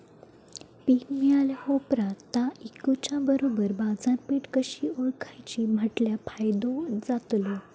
पीक मिळाल्या ऑप्रात ता इकुच्या बरोबर बाजारपेठ कशी ओळखाची म्हटल्या फायदो जातलो?